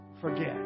forget